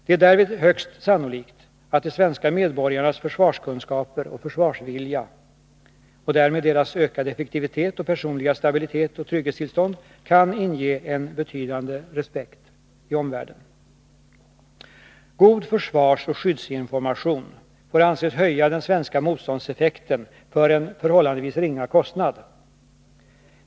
Det är därvid högst sannolikt att de svenska medborgarnas försvarskunskaper och försvarsvilja — och därmed deras ökade effektivitet och personliga stabilitet och trygghetstillstånd — kan inge en betydande respekt. God försvarsoch skyddsinformation får anses höja den svenska motståndseffekten för en förhållandevis ringa kostnad.